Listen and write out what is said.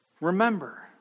Remember